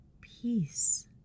Peace